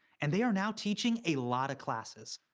and they are now teaching a lot of classes.